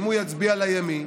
אם הוא יצביע לימין,